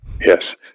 Yes